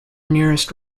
nearest